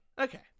Okay